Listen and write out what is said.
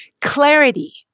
clarity